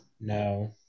No